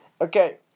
Okay